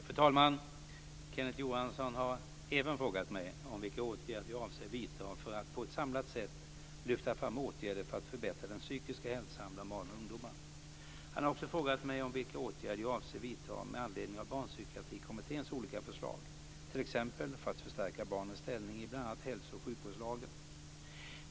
Herr talman! Kenneth Johansson har frågat mig om vilka åtgärder jag avser vidta för att på ett samlat sätt lyfta fram åtgärder för att förbättra den psykiska hälsan bland barn och ungdomar. Han har också frågat mig om vilka åtgärder jag avser vidta med anledning av Barnpsykiatrikommitténs olika förslag, t.ex. för att förstärka barnens ställning i bl.a. hälso och sjukvårdslagen .